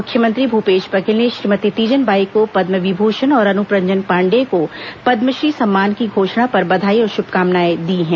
मुख्यमंत्री भूपेश बघेल ने श्रीमती तीजनबाई को पद्मविभूषण और अनूप रंजन पांडेय को पद्मश्री सम्मान की घोषणा पर बधाई और शुभकामनाएं दी है